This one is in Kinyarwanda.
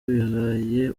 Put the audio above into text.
bibaye